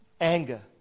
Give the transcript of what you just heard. anger